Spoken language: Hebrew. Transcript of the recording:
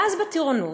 ואז, בטירונות,